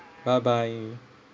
bye bye